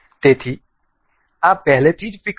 તેથી આ પહેલેથી જ ફિક્સ છે